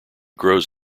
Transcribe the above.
grows